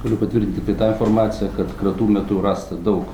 galiu patvirtint tiktai tą informaciją kad kratų metu rasta daug